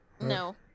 No